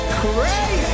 crazy